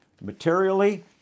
Materially